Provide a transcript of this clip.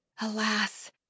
Alas